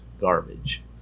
garbage